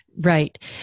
Right